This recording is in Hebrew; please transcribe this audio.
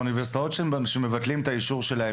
באוניברסיטאות שמבטלים את האישור שלהן?